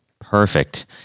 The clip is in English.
Perfect